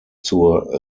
zur